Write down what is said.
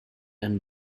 and